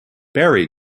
barrie